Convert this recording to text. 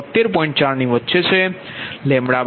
4 વચ્ચે છે λ0